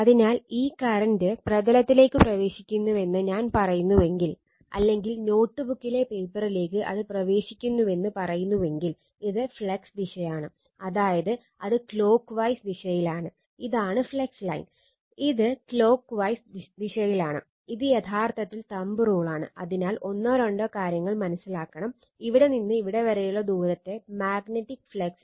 അതിനാൽ ഈ കറന്റ് പ്രതലത്തിലേക്ക് പ്രവേശിക്കുന്നുവെന്ന് ഞാൻ പറയുന്നുവെങ്കിൽ അല്ലെങ്കിൽ നോട്ട്ബുക്കിലെ പേപ്പറിലേക്ക് അത് പ്രവേശിക്കുന്നുവെന്ന് പറയുന്നുവെങ്കിൽ ഇത് ഫ്ലക്സ് ദിശയാണ് അതായത് അത് ക്ലോക്ക് വൈസ്